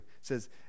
says